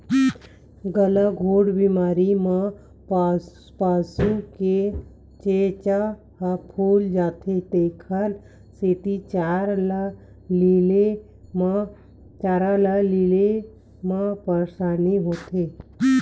गलाघोंट बेमारी म पसू के घेंच ह फूल जाथे तेखर सेती चारा ल लीले म परसानी होथे